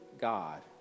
God